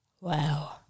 Wow